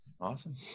Awesome